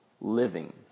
living